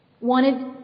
wanted